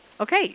Okay